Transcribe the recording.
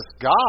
God